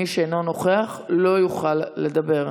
מי שאינו נוכח לא יוכל לדבר.